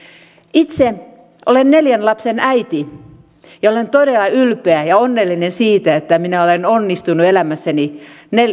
itse olen neljän lapsen äiti ja olen todella ylpeä ja onnellinen siitä että minä olen onnistunut elämässäni